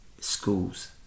schools